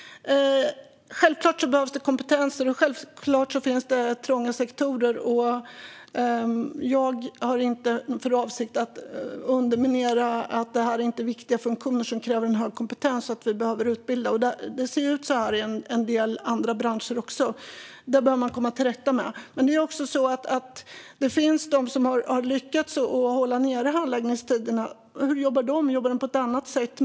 Fru talman! Självklart behövs det kompetens, och självklart finns det trånga sektorer. Jag har inte för avsikt att underminera något och påstå att det här inte är viktiga funktioner som kräver hög kompetens och utbildning. Det ser ju ut så här i en del andra branscher också. Det behöver man komma till rätta med. Men det är också så att det finns sådana som har lyckats hålla nere handläggningstiderna. Hur jobbar de? Jobbar de på ett annat sätt?